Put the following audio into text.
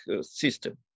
system